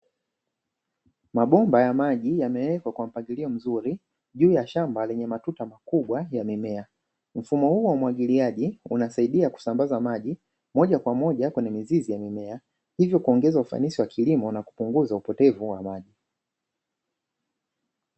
Mabomba ya maji yamewekwa kwa mpangilio mzuri juu ya shamba lenye matuta makubwa ya mimea. Mfumo huo wa umwagiliaji unasaidia kusambaza maji moja kwa moja kwenye mizizi ya mimea hivyo kuongeza ufanisi wa kilimo na kupunguza upotevu wa maji.